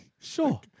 Sure